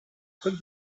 côte